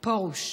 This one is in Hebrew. פֹּרוש.